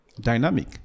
dynamic